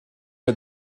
m’a